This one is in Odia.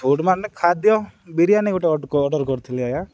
ଫୁଡ଼୍ ମାନେ ଖାଦ୍ୟ ବିରିୟାନୀ ଗୋଟେ ଅର୍ଡ଼ର୍ କରିଥିଲି ଆଜ୍ଞା